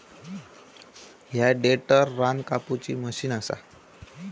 ह्या टेडर रान कापुची मशीन असा